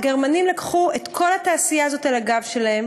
הגרמנים לקחו את כל התעשייה הזאת על הגב שלהם